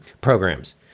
programs